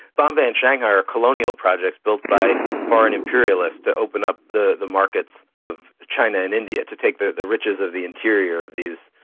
bombay and shanghai are colonial projects built by foreign imperialists to open up the the markets of china and india, to take the the riches of the interior of these,